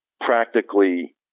practically